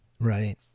Right